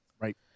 right